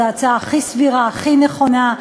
זו הצעה הכי סבירה, הכי נכונה,